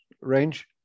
range